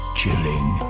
chilling